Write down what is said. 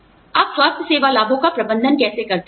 आप स्वास्थ्य सेवा लाभों का प्रबंधन कैसे करते हैं